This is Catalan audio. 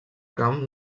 camp